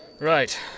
Right